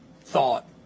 thought